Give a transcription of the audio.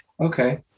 Okay